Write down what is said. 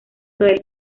del